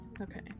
Okay